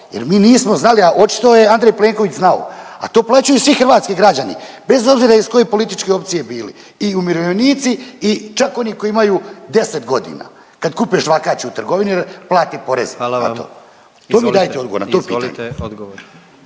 jer mi nismo znali, ali očito je Andrej Plenković znao. A to plaćaju svi hrvatski građani, bez obzira iz koje političke opcije bili i u umirovljenici, i čak oni koji imaju 10 godina kad kupuje žvakaću u trgovini jer plati porez na to. .../Upadica: Hvala vam./... To mi dajte odgovor…